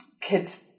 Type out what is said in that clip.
kids